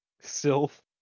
sylph